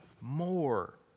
more